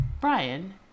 Brian